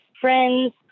friends